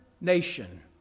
nation